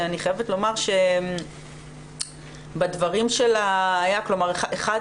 שאני חייבת לומר שבדברים שלה אחת